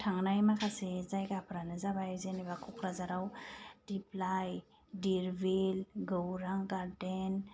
आं थांनाय माखासे जायगाफ्रानो जाबाय जेनेबा क'क्राझाराव दिप्लाइ धीर बिल गौरां गार्डेन